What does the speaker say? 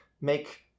make